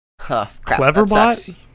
Cleverbot